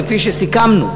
כפי שסיכמנו,